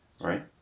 right